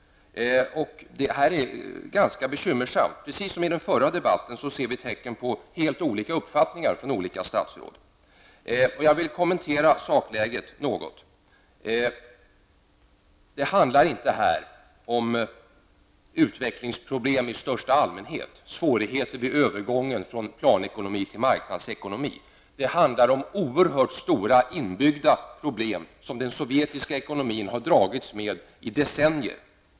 Det här är ganska bekymmersamt. Precis som i den förra debatten ser vi tecken på helt olika uppfattningar från olika statsråd. Jag vill kommentera sakläget något. Det handlar här inte om utvecklingsproblem i största allmänhet, svårigheter vid övergången från planekonomi till marknadsekonomi. Det handlar om oerhört stora inbyggda problem som den sovjetiska ekonomin har dragits med i decennier.